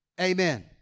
Amen